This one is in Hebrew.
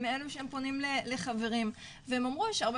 הם אלו שהם פונים לחברים והם אמרו שהרבה